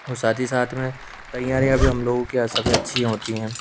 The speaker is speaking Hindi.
और साथ ही साथ में तैयारियाँ भी हम लोगों की सभी अच्छी होती हैं